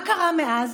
ומה קרה מאז?